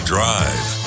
Drive